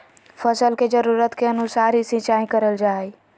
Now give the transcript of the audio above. फसल के जरुरत के अनुसार ही सिंचाई करल जा हय